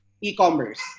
E-commerce